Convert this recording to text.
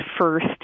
First